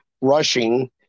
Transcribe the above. rushing